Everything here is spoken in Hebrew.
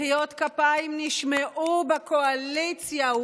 מחיאות כפיים נשמעו בקואליציה.